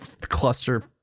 cluster